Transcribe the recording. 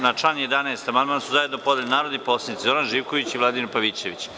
Na član 11. amandman su zajedno podneli narodni poslanici Zoran Živković i Vladimir Pavićević.